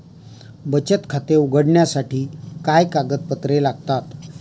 बचत खाते उघडण्यासाठी काय कागदपत्रे लागतात?